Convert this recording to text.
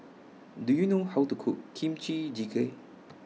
Do YOU know How to Cook Kimchi Jjigae